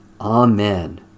Amen